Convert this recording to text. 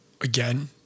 Again